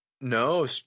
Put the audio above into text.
No